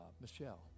Michelle